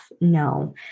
no